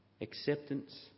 Acceptance